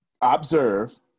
observe